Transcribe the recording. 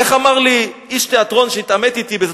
איך אמר לי איש תיאטרון שהתעמת אתי באיזו